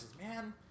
man